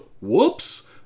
whoops